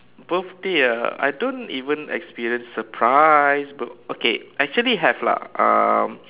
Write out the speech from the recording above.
birthday ah I don't even experience surprise but okay actually have lah um